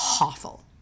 awful